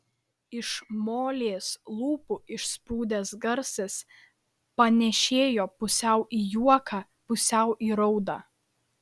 iš molės lūpų išsprūdęs garsas panėšėjo pusiau į juoką pusiau į raudą